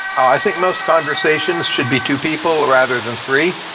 i think most conversations should be two people rather than three.